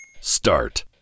Start